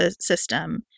system